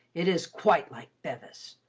it is quite like bevis.